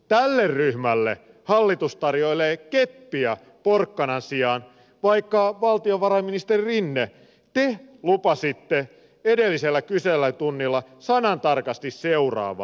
tälle ryhmälle hallitus tarjoilee keppiä porkkanan sijaan vaikka valtiovarainministeri rinne te lupasitte edellisellä kyselytunnilla sanatarkasti seuraavaa